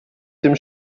dem